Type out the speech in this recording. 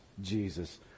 Jesus